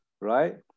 right